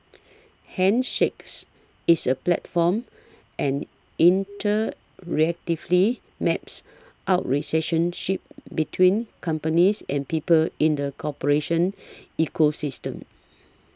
handshakes is a platform and interactively maps out recession ship between companies and people in the corporation ecosystem